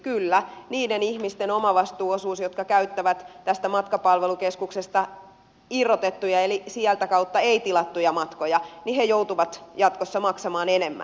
kyllä ne ihmiset jotka käyttävät tästä matkapalvelukeskuksesta irrotettuja eli ei sitä kautta tilattuja matkoja joutuvat jatkossa maksamaan enemmän